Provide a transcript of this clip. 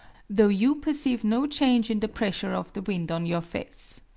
though you perceive no change in the pressure of the wind on your face.